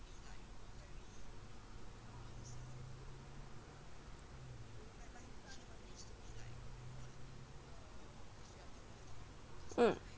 mm